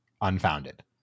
unfounded